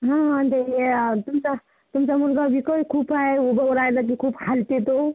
हा तेच आहे ना तुमचा तुमचा मुलगा वीकही खूप आहे उभं राहिला की खूप हलते तो